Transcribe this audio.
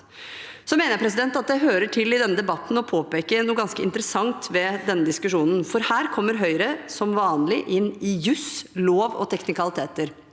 Så mener jeg at det hører til i denne debatten å påpeke noe ganske interessant ved denne diskusjonen. Her kommer Høyre, som vanlig, inn på juss, lov og teknikaliteter,